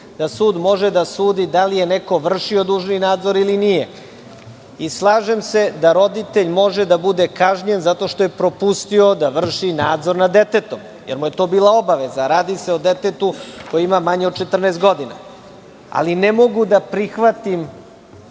da sud može da sudi da li je neko vršio dužni nadzor ili nije i slažem se da roditelj može da bude kažnjen zato što je propustio da vrši nadzor nad detetom, jer mu je to bila obaveza. Radi se o detetu koje ima manje od 14 godina. Ali, ne mogu da prihvatim,